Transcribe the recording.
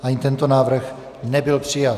Ani tento návrh nebyl přijat.